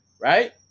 right